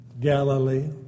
Galilee